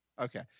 okay